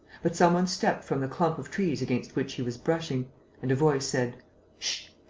but some one stepped from the clump of trees against which he was brushing and a voice said ssh.